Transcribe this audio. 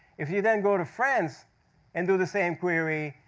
if you then go to france and do the same query,